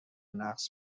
نقص